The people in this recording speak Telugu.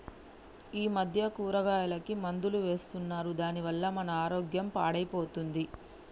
ఈ మధ్య కూరగాయలకి మందులు వేస్తున్నారు దాని వల్ల మన ఆరోగ్యం పాడైపోతుంది